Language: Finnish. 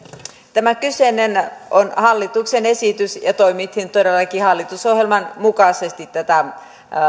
tämä kyseinen on hallituksen esitys ja toimittiin todellakin hallitusohjelman mukaisesti tätä